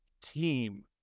team